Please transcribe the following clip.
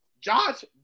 Josh